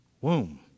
womb